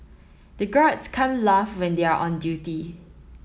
the guards can't laugh when they are on duty